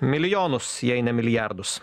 milijonus jei ne milijardus